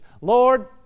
Lord